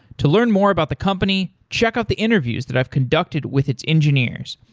to learn more about the company, check out the interviews that i've conducted with its engineers.